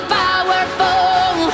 powerful